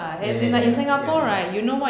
ya ya ya ya ya